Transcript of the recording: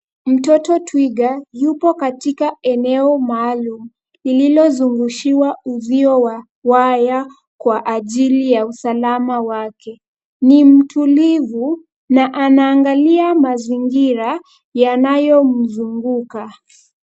Mtoto twiga yuko katika eneo maalum lililozungushiwa uzio wa waya kwa ajili ya usalama wake. Ni mtulivu na anaangalia mazingira yanayomzunguka.